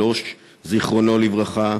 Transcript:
63, זיכרונו לברכה,